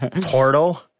Portal